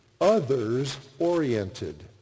others-oriented